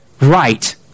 right